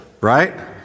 right